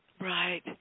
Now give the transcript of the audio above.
Right